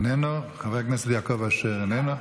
איננו, חבר הכנסת יעקב אשר, איננו.